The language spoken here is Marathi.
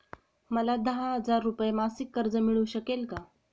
मला दहा हजार रुपये मासिक कर्ज मिळू शकेल का?